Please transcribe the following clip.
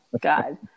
God